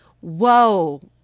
Whoa